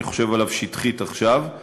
אני חושב עליו שטחית עכשיו,